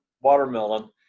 watermelon